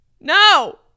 No